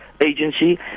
agency